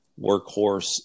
Workhorse